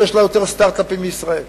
שיש לה יותר סטארט-אפים מישראל.